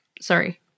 sorry